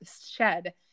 shed